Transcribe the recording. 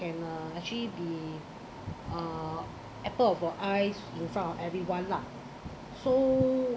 and uh actually be uh apple of our eyes in front of everyone lah so